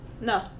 No